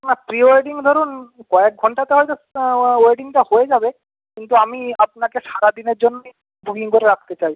না pre wedding ধরুন কয়েক ঘণ্টাতে হয়তো ওয়েডিংটা হয়ে যাবে কিন্তু আমি আপনাকে সারা দিনের জন্যেই বুকিং করে রাখতে চাই